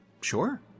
Sure